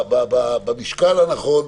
במשקל הנכון.